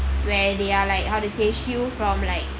where they're like how to say shield from like